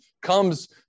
comes